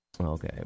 Okay